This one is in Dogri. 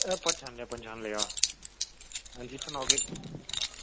एह् पंछानी लैआ पंछानी लैआ अंजी सनाओ फिर